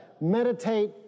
meditate